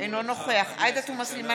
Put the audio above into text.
אינו נוכח עאידה תומא סלימאן,